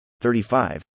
35